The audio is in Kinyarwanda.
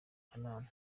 kanama